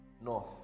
north